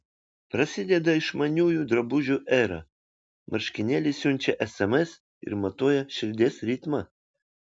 prasideda išmaniųjų drabužių era marškinėliai siunčia sms ir matuoja širdies ritmą